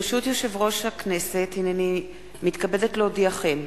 ברשות יושב-ראש הכנסת, הנני מתכבדת להודיעכם,